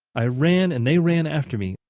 i ran and they ran after me,